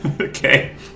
Okay